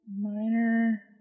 Minor